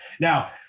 Now